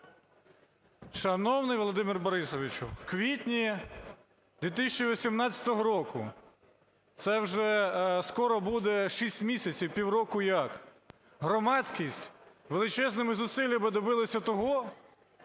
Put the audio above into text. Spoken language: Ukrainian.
Шановний Володимире Борисовичу, в квітні 2018 року - це вже скоро буде шість місяців, півроку, як громадськість величезними зусиллями добилися того,